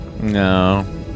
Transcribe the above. No